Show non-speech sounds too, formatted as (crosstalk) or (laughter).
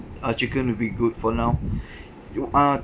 uh chicken will be good for now (breath) uh